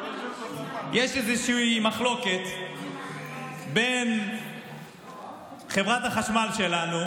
יש איזושהי מחלוקת בין חברת החשמל שלנו